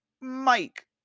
Mike